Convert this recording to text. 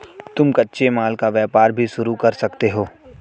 तुम कच्चे माल का व्यापार भी शुरू कर सकते हो